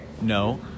No